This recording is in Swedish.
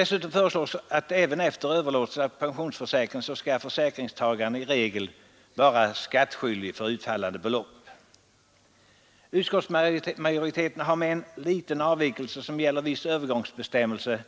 Dessutom föreslås att även efter överlåtelse av försäkringen skall försäkringstagaren vara skattskyldig för utfallande belopp. Utskottsmajoriteten har med en liten avvikelse som gäller viss övergångsbestämmelse